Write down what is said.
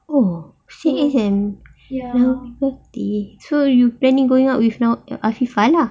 oh then you can you know people so you planning going out with afifah lah